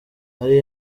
ari